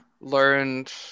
learned